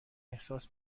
احساس